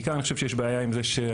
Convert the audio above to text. בעיקר אני חושב שיש בעיה עם זה שהנתונים